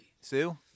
Sue